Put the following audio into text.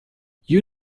you